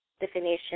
definition